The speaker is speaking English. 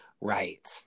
right